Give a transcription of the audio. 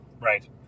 Right